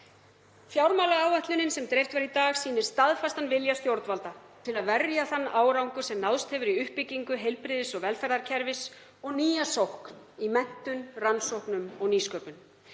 Fjármálaáætlunin, sem dreift var í dag, sýnir staðfastan vilja stjórnvalda til að verja þann árangur sem náðst hefur í uppbyggingu heilbrigðis- og velferðarkerfis og nýja sókn í menntun, rannsóknum og nýsköpun.